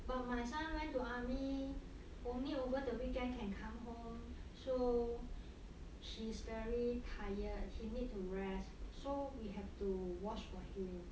but my son went to army only over the weekend can come home so he's very tired he need to rest so we have to wash for him